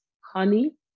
honey